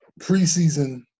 preseason